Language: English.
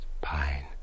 pine